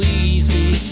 easy